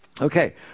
Okay